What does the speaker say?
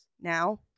Now